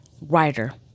writer